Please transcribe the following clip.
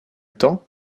temps